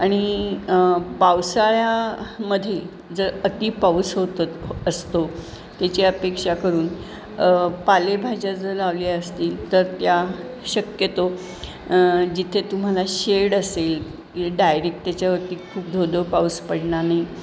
आणि पावसाळ्यामधील जर अति पाऊस होत असतो त्याची अपेक्षा करून पालेभाज्या जर लावल्या असतील तर त्या शक्यतो जिथे तुम्हाला शेड असेल की डायरेक्ट त्याच्यावरती खूप धो धो पाऊस पडणार नाही